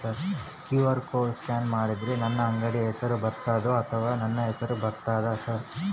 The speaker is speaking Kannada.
ಕ್ಯೂ.ಆರ್ ಕೋಡ್ ಸ್ಕ್ಯಾನ್ ಮಾಡಿದರೆ ನನ್ನ ಅಂಗಡಿ ಹೆಸರು ಬರ್ತದೋ ಅಥವಾ ನನ್ನ ಹೆಸರು ಬರ್ತದ ಸರ್?